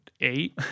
eight